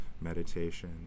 meditation